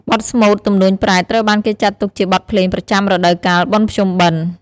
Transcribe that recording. បទស្មូត ទំនួញប្រេត ត្រូវបានគេចាត់ទុកជាបទភ្លេងប្រចាំរដូវកាល បុណ្យភ្ជុំបិណ្ឌ។